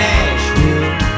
Nashville